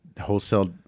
wholesale